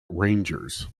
rangers